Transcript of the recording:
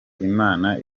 imana